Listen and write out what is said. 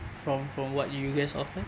from from what you guys offer